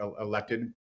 elected